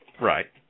Right